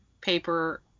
paper